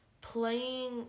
playing